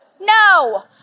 No